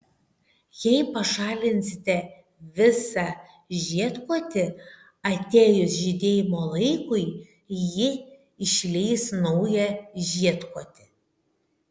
jei pašalinsite visą žiedkotį atėjus žydėjimo laikui ji išleis naują žiedkotį